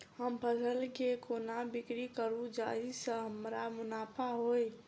हम फसल केँ कोना बिक्री करू जाहि सँ हमरा मुनाफा होइ?